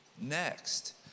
next